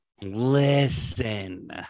listen